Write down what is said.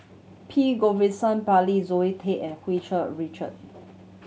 P Govindasamy Pillai Zoe Tay and Hu Tsu Richard